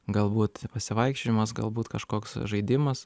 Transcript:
galbūt pasivaikščiojimas galbūt kažkoks žaidimas